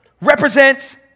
represents